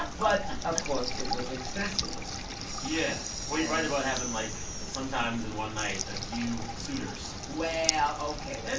but, of course, it was excessive in my case yeah, well, you write about having, like, sometimes in one night, a few suitors well, ok. and